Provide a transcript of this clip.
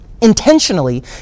intentionally